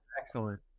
Excellent